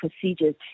procedures